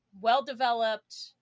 well-developed